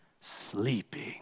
Sleeping